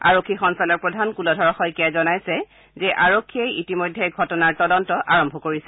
আৰক্ষী সঞ্চালক প্ৰধান কুলধৰ শইকীয়াই জনাইছে যে আৰক্ষীয়ে ইতিমধ্যে ঘটনাৰ তদন্ত আৰম্ভ কৰিছে